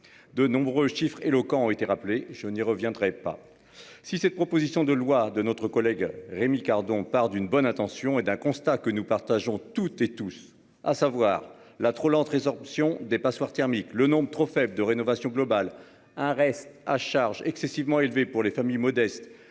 De nombreux chiffres éloquents ont été rappelés, je n'y reviendrai pas. Si cette proposition de loi de notre collègue Rémi Cardon, part d'une bonne intention et d'un constat que nous partageons toutes et tous, à savoir la trop lente résorption des passoires thermiques le nombre trop faible de rénovation globale un reste à charge excessivement élevée pour les familles modestes